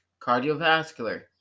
Cardiovascular